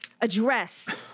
address